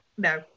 No